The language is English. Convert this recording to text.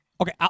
okay